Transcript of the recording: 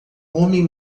homem